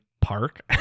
park